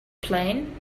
plane